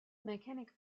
mackinac